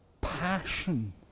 passion